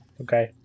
Okay